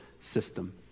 system